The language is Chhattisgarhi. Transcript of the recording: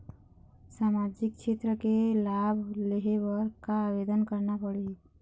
सामाजिक क्षेत्र के लाभ लेहे बर का आवेदन करना पड़ही?